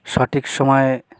সঠিক সময়ে